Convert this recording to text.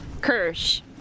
Kirsch